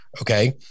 Okay